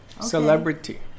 Celebrity